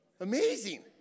Amazing